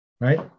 Right